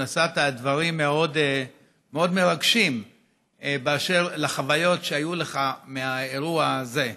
נשאת דברים מאוד מרגשים על החוויות שהיו לך מהאירוע הזה.